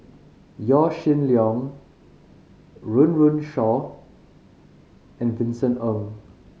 Yaw Shin Leong Run Run Shaw and Vincent Ng